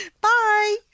Bye